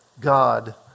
God